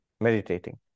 meditating